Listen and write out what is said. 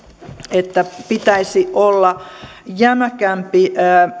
että pitäisi olla jämäkämpi